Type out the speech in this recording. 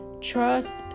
Trust